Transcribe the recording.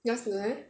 yours leh